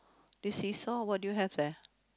this seesaw what do you have there